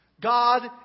God